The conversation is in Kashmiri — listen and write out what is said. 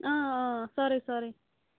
اۭں اۭں سٲرٕے سٲرٕے